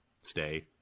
stay